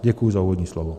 Děkuji za úvodní slovo.